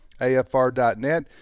afr.net